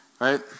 right